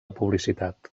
publicitat